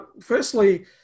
firstly